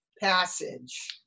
passage